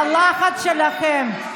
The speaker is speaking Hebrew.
הלחץ שלכם,